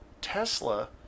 Tesla